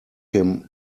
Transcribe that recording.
him